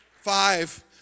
Five